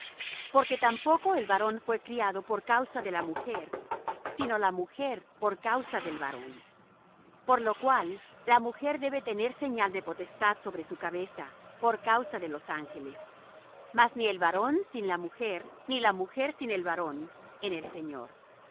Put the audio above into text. porque tampoco el varón fué criado por causa de la mujer sino la mujer por causa del varón por lo cual la mujer debe tener señal de potestad sobre su cabeza por causa de los ángeles mas ni el varón sin la mujer ni la mujer sin el varón en el señor